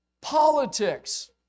politics